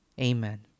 Amen